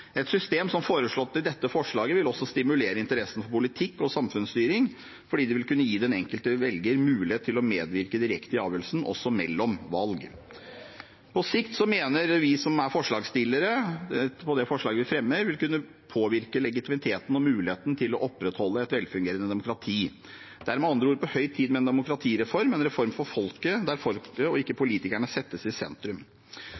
Et system som foreslått i dette forslaget vil også stimulere interessen for politikk og samfunnsstyring, fordi det vil kunne gi den enkelte velger mulighet til å medvirke direkte i avgjørelsen – også mellom valg. På sikt mener vi som er forslagsstillere, at det forslaget vi fremmer, vil kunne påvirke legitimiteten og muligheten til å opprettholde et velfungerende demokrati. Det er med andre ord på høy tid med en demokratireform, en reform for folket, der folket – og ikke